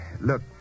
Look